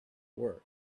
work